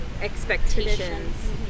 expectations